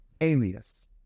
alias